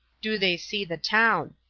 do they see the town.